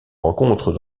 rencontre